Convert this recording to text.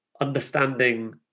understanding